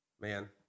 Man